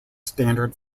standard